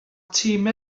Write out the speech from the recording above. timau